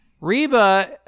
reba